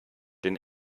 den